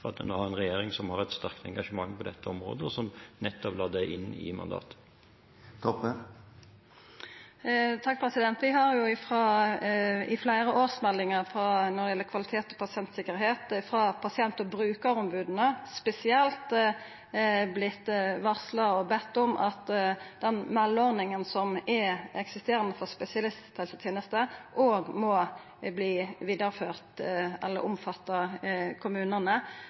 nå har en regjering som har et sterkt engasjement på dette området, og som nettopp la det inn i mandatet. Når det gjeld kvalitet og pasientsikkerheit, har vi i fleire årsmeldingar frå pasient- og brukaromboda spesielt vorte varsla og bedt om at den meldeordninga som eksisterer for spesialisthelsetenesta, òg må